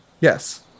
yes